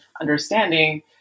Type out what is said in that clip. understanding